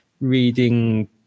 reading